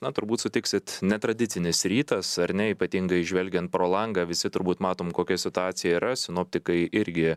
na turbūt sutiksit netradicinis rytas ar ne ypatingai žvelgiant pro langą visi turbūt matom kokia situacija yra sinoptikai irgi